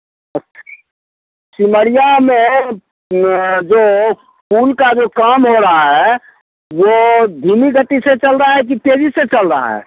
सिमड़िया में जो ऊन का जो काम हो रहा है वह धीमी गति से चल रहा है कि तेज़ी से चल रहा है